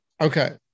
Okay